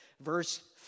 verse